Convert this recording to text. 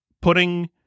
putting